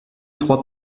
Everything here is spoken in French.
trois